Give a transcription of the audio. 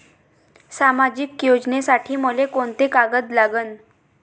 सामाजिक योजनेसाठी मले कोंते कागद लागन?